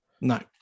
no